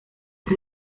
más